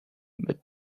but